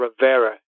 Rivera